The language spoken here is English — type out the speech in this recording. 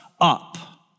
up